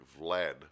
Vlad